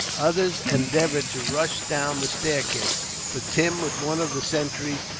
others endeavoured to rush down the staircase but tim, with one of the sentries,